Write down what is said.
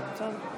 תודה.